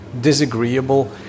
disagreeable